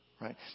right